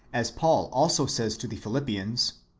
as paul also says to the philippians,